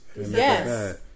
Yes